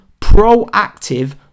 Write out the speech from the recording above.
proactive